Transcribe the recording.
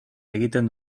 egiten